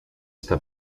está